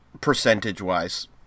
percentage-wise